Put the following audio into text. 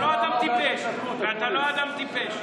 אתה לא אדם טיפש, אתה לא אדם טיפש,